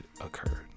occurred